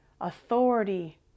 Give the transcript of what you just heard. authority